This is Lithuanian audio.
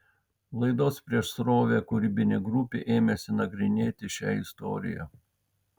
laidos prieš srovę kūrybinė grupė ėmėsi nagrinėti šią istoriją